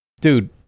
dude